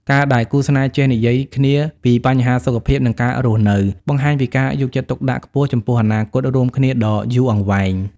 ការដែលគូស្នេហ៍ចេះ "និយាយគ្នាពីបញ្ហាសុខភាព និងការរស់នៅ" បង្ហាញពីការយកចិត្តទុកដាក់ខ្ពស់ចំពោះអនាគតរួមគ្នាដ៏យូរអង្វែង។